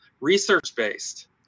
research-based